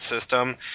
system